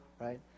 right